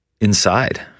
inside